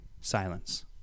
Silence